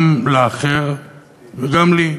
גם לאחר וגם לי,